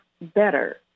better